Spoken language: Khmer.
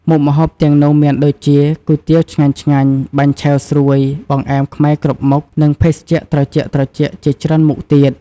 មុខម្ហូបទាំងនោះមានដូចជា គុយទាវឆ្ងាញ់ៗ បាញ់ឆែវស្រួយ បង្អែមខ្មែរគ្រប់មុខ និងភេសជ្ជៈត្រជាក់ៗជាច្រើនមុខទៀត។